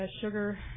sugar